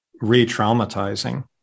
re-traumatizing